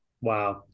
Wow